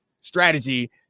strategy